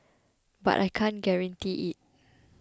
but I can't guarantee it